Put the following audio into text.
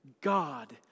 God